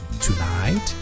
tonight